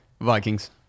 Vikings